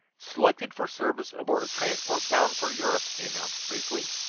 selected for service aboard a transport bound for europe, he announced briefly.